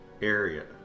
area